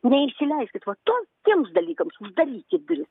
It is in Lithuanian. neįsileiskit va to tiems dalykams uždarykit duris